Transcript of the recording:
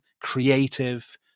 creative